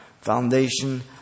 foundation